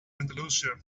andalusia